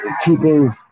keeping